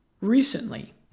recently